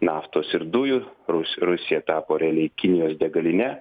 naftos ir dujų rus rusija tapo reliai kinijos degaline